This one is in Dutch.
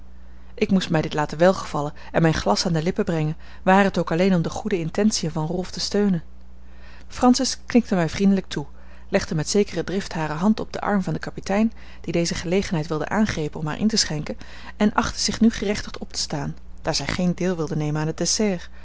ik moest mij dit laten welgevallen en mijn glas aan de lippen brengen ware t ook alleen om de goede intentiën van rolf te steunen francis knikte mij vriendelijk toe legde met zekere drift hare hand op den arm van den kapitein die deze gelegenheid wilde aangrijpen om haar in te schenken en achtte zich nu gerechtigd op te staan daar zij geen deel wilde nemen aan het dessert